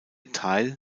teil